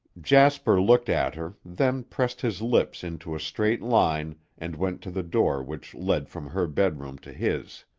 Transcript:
jasper looked at her, then pressed his lips into a straight line and went to the door which led from her bedroom to his.